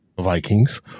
Vikings